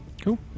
Cool